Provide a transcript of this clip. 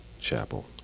chapel